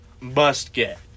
must-get